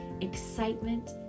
excitement